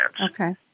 Okay